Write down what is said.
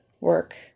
work